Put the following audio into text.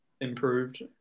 improved